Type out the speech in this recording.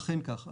אכן כך.